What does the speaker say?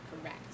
Correct